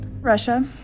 Russia